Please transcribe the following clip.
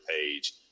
page